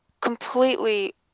completely